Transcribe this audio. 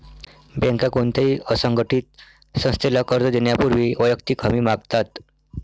बँका कोणत्याही असंघटित संस्थेला कर्ज देण्यापूर्वी वैयक्तिक हमी मागतात